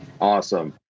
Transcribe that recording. awesome